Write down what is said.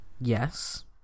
Yes